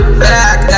back